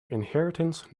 inheritance